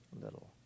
little